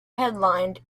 headlined